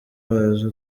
wazo